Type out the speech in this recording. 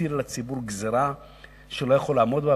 להטיל על הציבור גזירה שהוא לא יכול לעמוד בה,